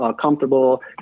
comfortable